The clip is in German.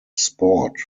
sport